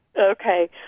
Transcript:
Okay